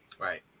Right